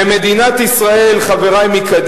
כי אתם לא עושים כלום.